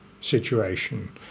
situation